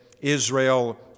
Israel